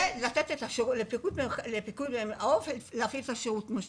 ולתת לפיקוד העורף להפעיל את השירות כמו שצריך.